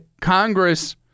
Congress